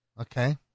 Okay